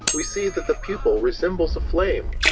we see that the pupil resembles a flame,